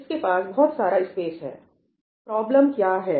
इसके पास बहुत सारा स्पेस है प्रॉब्लम क्या है